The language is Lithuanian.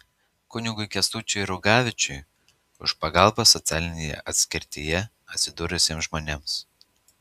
kunigui kęstučiui rugevičiui už pagalbą socialinėje atskirtyje atsidūrusiems žmonėms